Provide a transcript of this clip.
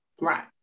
Right